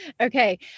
okay